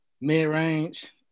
mid-range